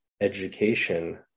education